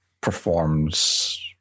performs